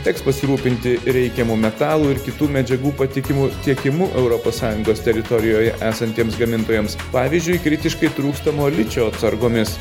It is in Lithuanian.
teks pasirūpinti reikiamu metalų ir kitų medžiagų patikimu tiekimu europos sąjungos teritorijoje esantiems gamintojams pavyzdžiui kritiškai trūkstamo ličio atsargomis